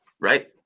Right